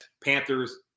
Panthers